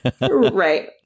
Right